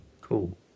Cool